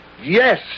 Yes